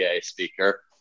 speaker